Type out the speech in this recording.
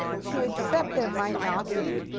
to accept that it might not be,